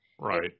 Right